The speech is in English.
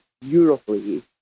beautifully